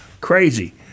Crazy